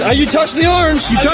ah you touched the orange. you